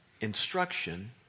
instruction